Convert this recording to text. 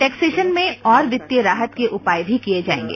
taxation में और वित्तीय राहत के उपाय भी किये जायेंगे